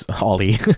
Ollie